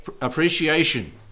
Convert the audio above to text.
appreciation